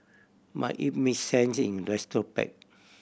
but it make sense in retrospect